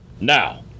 Now